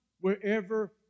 wherever